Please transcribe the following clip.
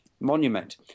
Monument